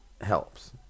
helps